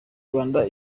rwanda